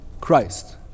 Christ